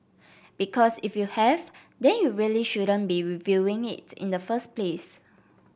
because if you have then you really shouldn't be reviewing it in the first place